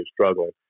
struggling